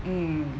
mm